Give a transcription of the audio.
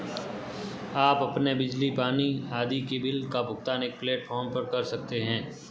आप अपने बिजली, पानी आदि के बिल का भुगतान एक प्लेटफॉर्म पर कर सकते हैं